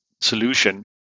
solution